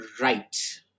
right